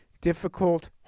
difficult